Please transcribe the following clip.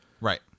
right